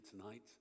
tonight